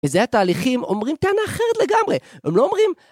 וזה התהליכים אומרים כאן אחרת לגמרי, הם לא אומרים...